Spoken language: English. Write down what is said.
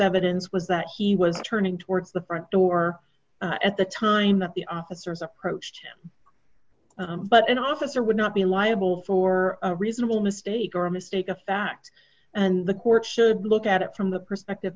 evidence was that he was turning towards the front door at the time that the officers approached him but an officer would not be liable for a reasonable mistake or mistake a fact and the court should look at it from the perspective